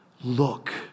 look